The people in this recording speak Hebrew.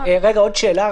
עוד שאלה.